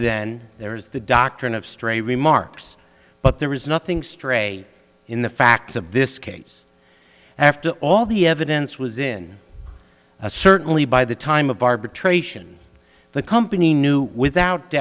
then there is the doctrine of stray remarks but there is nothing stray in the facts of this case after all the evidence was in a certainly by the time of arbitration the company knew without